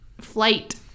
flight